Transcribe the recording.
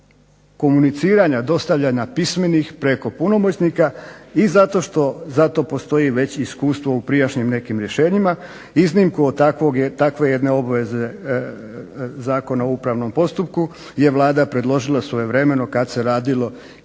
komuniciranja dostavljanja pismena preko punomoćnika i zato postoji veće iskustvo u prijašnjim nekim rješenjima. Iznimku od takve jedne obveze Zakona o upravnom postupku je Vlada predložila svojevremeno kad se radilo i